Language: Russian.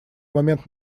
момент